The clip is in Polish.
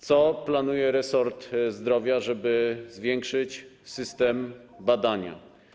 Co planuje resort zdrowia, żeby zwiększyć system badania?